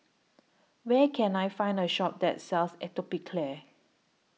Where Can I Find A Shop that sells Atopiclair